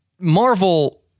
Marvel